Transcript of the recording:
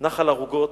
נחל ערוגות,